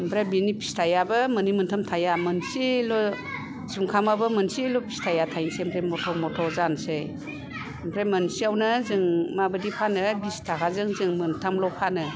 ओमफ्राय बिनि फिथाइआबो मोननै मोनथाम थाइया मोनसेल' जुंखामाबो मोनसेल' फिथाइआ थाइनसै ओमफ्राय मथ' मथ' जानसै ओमफ्राय मोनसेयावनो जों माबादि फानो बिस्थाखाजों जों मोनथामल' फानो